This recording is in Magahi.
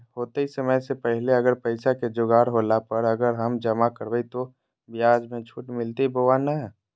होतय समय से पहले अगर पैसा के जोगाड़ होला पर, अगर हम जमा करबय तो, ब्याज मे छुट मिलते बोया नय?